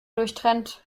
durchtrennt